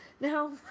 Now